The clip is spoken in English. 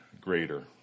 greater